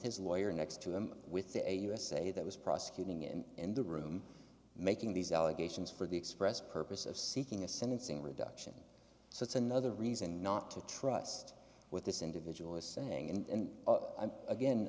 his lawyer next to him with the usa that was prosecuting him in the room making these allegations for the express purpose of seeking a sentencing reduction so it's another reason not to trust with this individual is saying and a